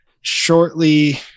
shortly